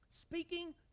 Speaking